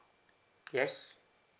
yes